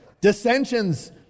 dissensions